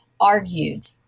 argued